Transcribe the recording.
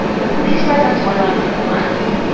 the police presence went on for months,